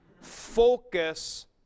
focus